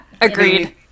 agreed